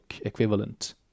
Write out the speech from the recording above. equivalent